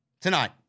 tonight